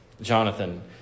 Jonathan